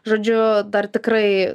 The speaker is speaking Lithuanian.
žodžiu dar tikrai